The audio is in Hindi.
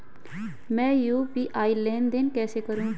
मैं यू.पी.आई लेनदेन कैसे करूँ?